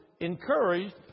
encouraged